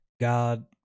God